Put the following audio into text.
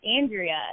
Andrea